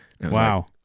Wow